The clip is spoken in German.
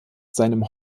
seinem